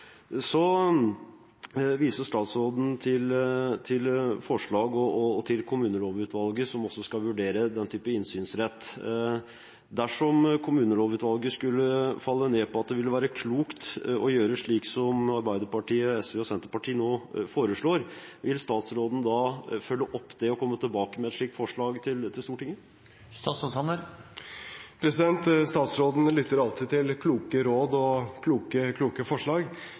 Så viser statsråden til forslaget og til kommunelovutvalget, som også skal vurdere den typen innsynsrett. Dersom kommunelovutvalget skulle falle ned på at det ville være klokt å gjøre slik som Arbeiderpartiet, SV og Senterpartiet nå foreslår, vil statsråden da følge opp det og komme tilbake med et slikt forslag til Stortinget? Statsråden lytter alltid til kloke råd og kloke forslag.